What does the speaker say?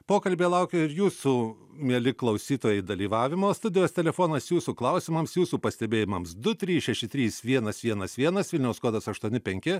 pokalbyje laukiu ir jūsų mieli klausytojai dalyvavimo studijos telefonas jūsų klausimams jūsų pastebėjimams du trys šeši trys vienas vienas vienas vilniaus kodas aštuoni penki